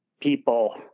people